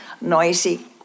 noisy